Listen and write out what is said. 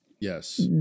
Yes